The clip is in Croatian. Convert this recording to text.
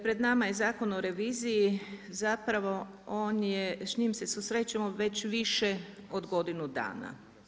Pred nama je Zakon o reviziji, zapravo on je s njim se susrećemo već više od godinu dana.